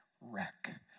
wreck